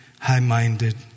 high-minded